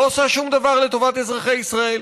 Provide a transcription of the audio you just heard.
לא עושה שום דבר לטובת אזרחי ישראל.